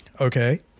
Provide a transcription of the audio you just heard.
okay